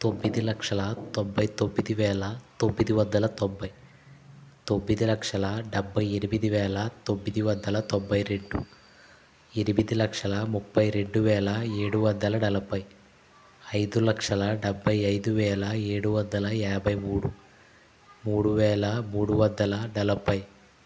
తొమ్మిది లక్షల తొంభై తొమ్మిది వేల తొమ్మిది వందల తొంభై తొమ్మిది లక్షల డెబ్బై ఎనిమిది వేల తొమ్మిది వందల తొంభై రెండు ఎనిమిది లక్షల ముప్పై రెండు వేల ఏడు వందల నలభై ఐదు లక్షల డెబ్బై ఐదు వేల ఏడు వందల యాభై మూడు మూడు వేల మూడు వందల నలభై